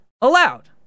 allowed